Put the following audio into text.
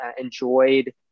enjoyed